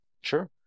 Sure